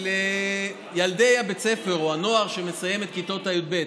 של ילדי בית הספר או הנוער שמסיימים את כיתות י"ב.